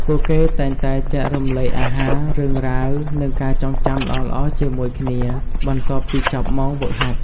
ពួកគេតែងតែចែករំលែកអាហារ រឿងរ៉ាវ និងការចងចាំល្អៗជាមួយគ្នា បន្ទាប់ពីចប់ម៉ោងហ្វឹកហាត់។